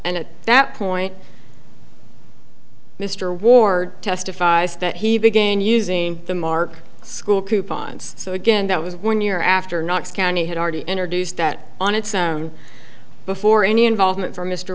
and at that point mr ward testifies that he began using the mark school coupons so again that was one year after knox county had already introduced that on its own before any involvement from m